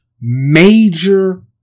Major